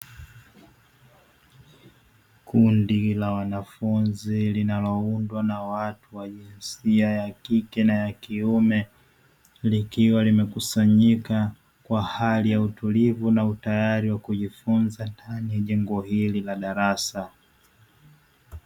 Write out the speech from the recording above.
Kundi la wanafunzi linaloundwa na watu wa jinsia ya kike na kiume, likiwa limekusanyika kwa hali ya utulivu na utayari wa kujifunza ndani ya jengo hili la darasa.